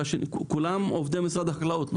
כולם הם עובדי משרד החקלאות.